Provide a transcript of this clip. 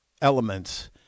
elements